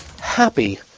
Happy